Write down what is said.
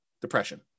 depression